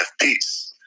peace